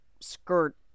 skirt